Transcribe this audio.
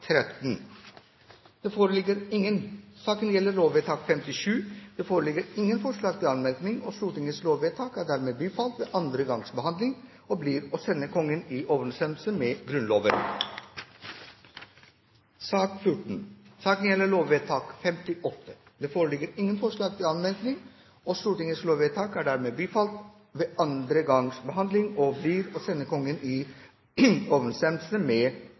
mai. Det foreligger ingen forslag til anmerkning. Stortingets lovvedtak er dermed bifalt ved andre gangs behandling og blir å sende Kongen i overensstemmelse med Grunnloven. Det foreligger ingen forslag til anmerkning. Stortingets lovvedtak er dermed bifalt ved andre gangs behandling og blir å sende Kongen i overensstemmelse med